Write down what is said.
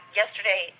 yesterday